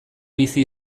bizi